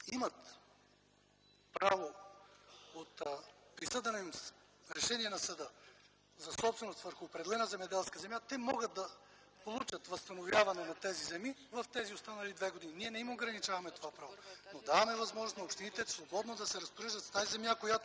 имат право от присъдено решение на съда за собственост върху определена земеделска земя, да могат да получат възстановяване на тези земи в останалите две години. Ние не им ограничаваме това право, но даваме възможност на общините свободно да се разпореждат с тази земя,